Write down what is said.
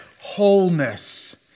wholeness